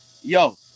yo